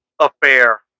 affair